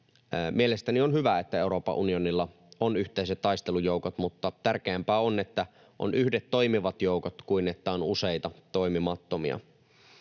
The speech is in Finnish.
Mielestäni on hyvä, että Euroopan unionilla on yhteiset taistelujoukot, mutta tärkeämpää on, että on yhdet toimivat joukot, kuin että on useita toimimattomia.